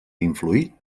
influït